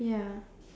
ya